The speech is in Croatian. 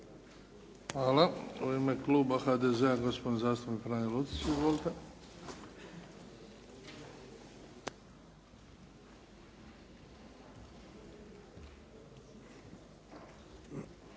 Hvala. U ime kluba HDZ-a, gospodin zastupnik Franjo Lucić. Izvolite.